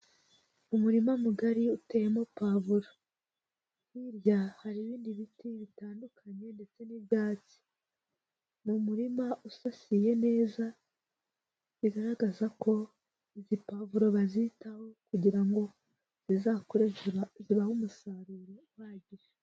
Umurima mugari uteyemo pavuro, hirya hari ibindi biti bitandukanye ndetse n'ibyatsi, ni umurima usasiye neza, bigaragaza ko izi pavuro bazitaho kugira ngo zizakure zibahe umusaruro uhagije.